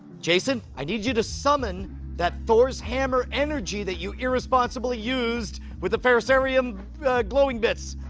jason, i need you to summon that thor's hammer energy that you irresponsibly used with the ferrocerium glowing bits.